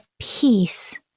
peace